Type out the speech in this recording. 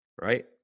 right